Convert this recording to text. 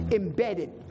embedded